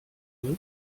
wird